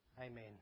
Amen